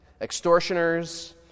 extortioners